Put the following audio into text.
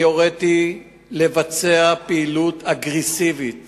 אני הוריתי לבצע פעילות אגרסיבית